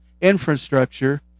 infrastructure